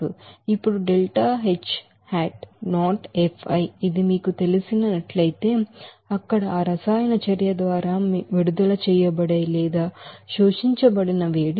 ఇప్పుడు ఇది మీరు తెలిసిన ట్లయితే అక్కడ ఆ రసాయన చర్య ద్వారా విడుదల చేయబడిన లేదా శోషించబడిన వేడి